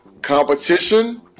Competition